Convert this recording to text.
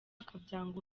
akabyanga